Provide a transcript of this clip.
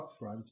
upfront